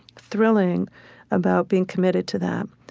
thrilling about being committed to that.